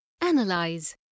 Analyze